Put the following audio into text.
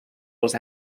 als